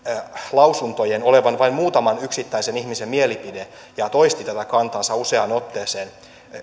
lausuntojen olevan vain muutaman yksittäisen ihmisen mielipide ja toisti tätä kantaansa useaan otteeseen